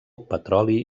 petroli